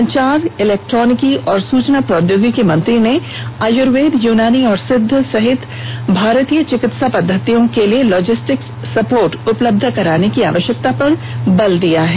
संचार इलेक्ट्रोनिकी और सूचना प्रौद्योगिकी मंत्री ने आयूर्वेद यूनानी और सिद्ध सहित भारतीय चिकित्सा पद्धतियों के लिए लोजिस्टिक्स सपोर्ट उपलब्ध कराने की आवश्यकता पर बल दिया है